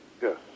Yes